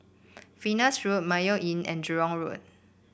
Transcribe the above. Venus Road Mayo Inn and Jurong Road